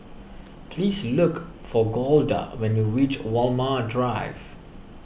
please look for Golda when you reach Walmer Drive